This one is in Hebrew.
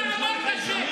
זה נשמע לך הגיוני?